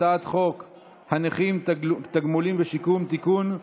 הצעת חוק הנכים (תגמולים ושיקום) (תיקון,